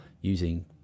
using